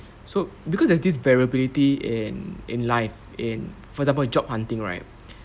so because there's this variability in in life in for example job hunting right